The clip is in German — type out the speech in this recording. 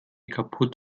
kaputt